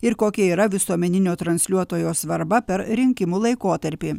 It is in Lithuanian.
ir kokia yra visuomeninio transliuotojo svarba per rinkimų laikotarpį